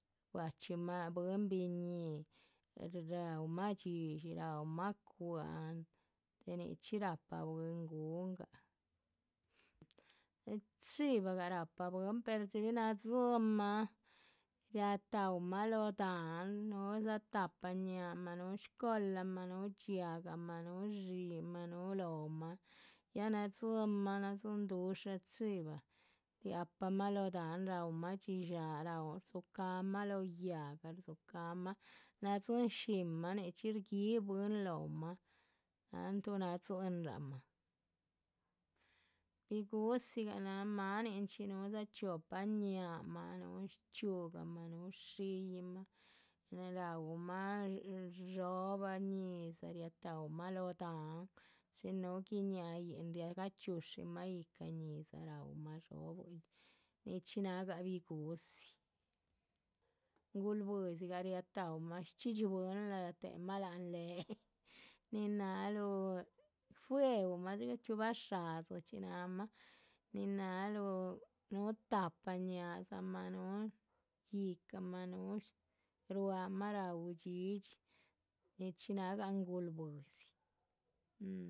Shbachximah bwín biñíhi raúmah dxídshi, raumah cwa´han de nichxí rahpa bwín gun, néh chivagah rahpa bwín per dxibi nadzíhinmah riataumah lóho dahán, núhudza tahpa ñáhaamah, núhu shcolamah, núhu dxiahgamah, núhu dxíimah, núhu lóhomah, ya nadzínnmah nadzín dusha chiva, riahpamah lóho dahán, raúhmah. dxíshaa raumah rdzucahamah lóho yáhga, rdzuhucamah, nadzín shinmah, nichxí sgui´ bwín lohomah, tantu nadzínrahmah, bigu´dzigah náha máanin nin. núhudza chiopah ñáhaamah, núhu shchxíugahma núhu shiyiih’ma, npehe rauhmah dhxóbah, ñi´zah, riataumah lóho dahán chin núhu guiñaáyin, riagahchxiushima. yíhca ñi´zah raúmah dhxóbahchxi nichxí náhga bigu´dzi, ngulbwihdzigah riataumah shchxídhxi bwín, riatéhemah láhan léhe nin náhaluh, fuehumah dxigah chxíu. bashádzichxi náhamah, nin náhaluh, núhu tahpa ñáhaadzamah núhu yíhcamah ruáhmah raú dhxídhxi nichxí nágah ngulbwihdzi